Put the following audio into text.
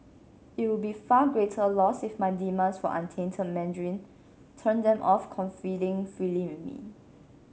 it would be far greater loss if my demands for untainted Mandarin turned them off confiding freely in me